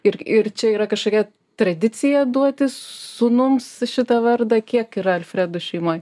ir ir čia yra kažkokia tradicija duoti sūnums šitą vardą kiek yra alfredų šeimoj